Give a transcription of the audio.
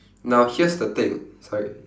now here's the thing sorry